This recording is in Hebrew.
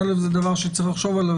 זה דבר שצריך לחשוב עליו,